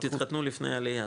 תתחתנו לפני עלייה,